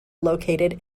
located